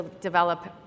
develop